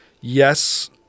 yes